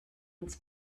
uns